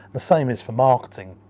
the same as for marketing.